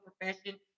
profession